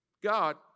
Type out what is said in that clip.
God